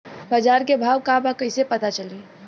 बाजार के भाव का बा कईसे पता चली?